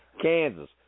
Kansas